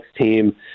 team